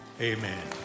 Amen